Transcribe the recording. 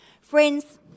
Friends